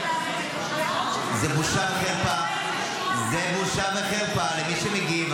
------ זה בושה וחרפה למי שמגיעים,